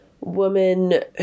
woman